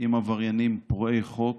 עם עבריינים פורעי חוק